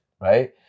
right